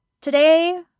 Today